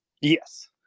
Yes